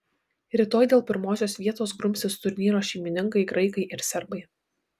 rytoj dėl pirmosios vietos grumsis turnyro šeimininkai graikai ir serbai